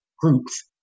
Groups